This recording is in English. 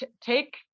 take